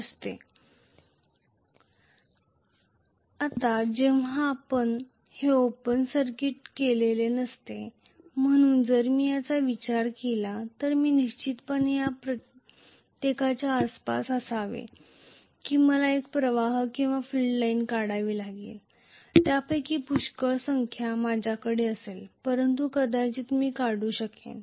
आता जेव्हा हे ओपन सर्किट केलेले नसते म्हणून जर मी याचा विचार केला तर मी निश्चितपणे त्या प्रत्येकाच्या आसपास असावे की मला एक प्रवाह किंवा फील्ड लाइन काढावी लागेल त्यापैकी पुष्कळ संख्या माझ्याकडे असेल परंतु कदाचित मी काढू शकेन